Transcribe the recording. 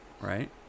Right